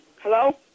Hello